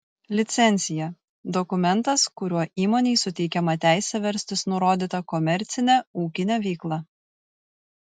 licencija dokumentas kuriuo įmonei suteikiama teisė verstis nurodyta komercine ūkine veikla